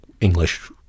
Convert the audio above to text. English